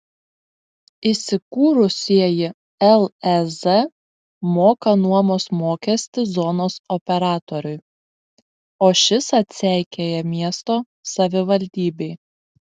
įsikūrusieji lez moka nuomos mokestį zonos operatoriui o šis atseikėja miesto savivaldybei